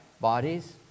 bodies